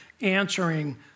answering